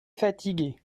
fatigué